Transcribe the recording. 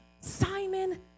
Simon